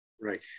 Right